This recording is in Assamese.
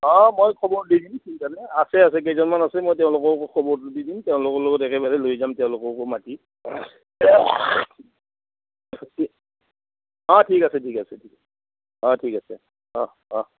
অঁ মই খবৰ দি দিম কেইজনমান আছে মই তেওঁলোককো খবৰটো দি দিম তেওঁলোকৰ লগত একেলগে লৈ যাম তেওঁলোককো অঁ ঠিক আছে ঠিক আছে ঠিক আছে অঁ ঠিক আছে অঁ অঁ